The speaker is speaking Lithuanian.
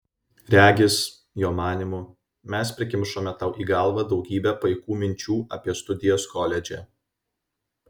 regis jo manymu mes prikimšome tau į galvą daugybę paikų minčių apie studijas koledže